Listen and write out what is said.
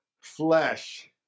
flesh